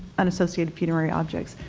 unassociated funerary objects.